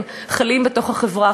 כן, חלים בתוך החברה